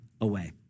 away